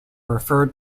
referred